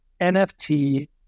NFT